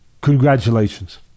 congratulations